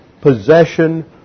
possession